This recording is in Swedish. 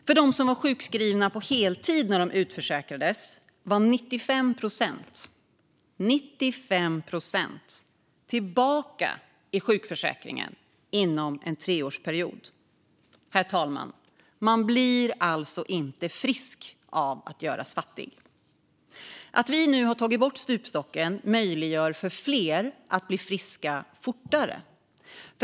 Av dem som var sjukskrivna på heltid när de utförsäkrades var 95 procent tillbaka i sjukförsäkringen inom en treårsperiod. Herr talman! Man blir alltså inte frisk av att göras fattig. Att vi nu har tagit bort stupstocken möjliggör för fler att bli friska fortare.